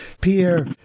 Pierre